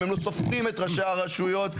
הם לא סופרים את ראשי הרשויות,